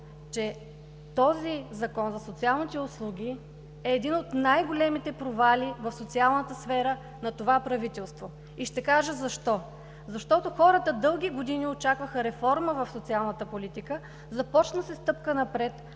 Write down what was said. че този Закон за социалните услуги е един от най-големите провали в социалната сфера на това правителство и ще кажа защо. Защото хората дълги години очакваха реформа в социалната политика, започна се стъпка напред,